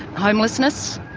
homelessness.